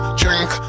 drink